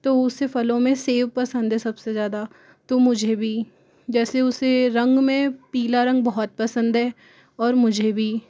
तो उसे फलों में सेब पसंद है सबसे ज़्यादा तो मुझे भी जैसे उसे रंग में पीला रंग बहुत पसंद है और मुझे भी